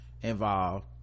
involved